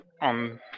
on